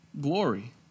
glory